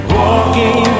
walking